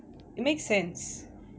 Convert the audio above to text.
it makes sense